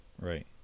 right